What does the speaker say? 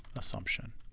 assumption.